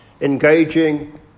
engaging